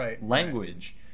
language